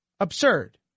Absurd